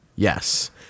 Yes